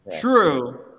True